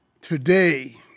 today